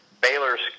Baylor's